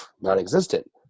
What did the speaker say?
non-existent